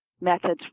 methods